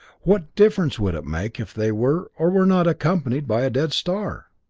what difference would it make if they were or were not accompanied by a dead star?